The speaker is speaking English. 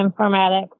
informatics